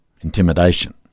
intimidation